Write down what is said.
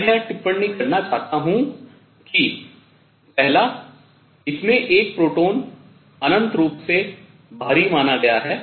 मैं यह टिप्पणी करना चाहता हूँ कि पहला इसमें एक प्रोटॉन अन्नंत रूप में भारी माना गया है